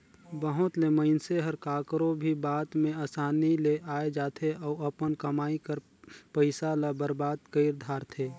बहुत ले मइनसे हर काकरो भी बात में असानी ले आए जाथे अउ अपन कमई कर पइसा ल बरबाद कइर धारथे